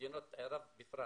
ובמדינות ערב בפרט.